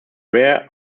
rare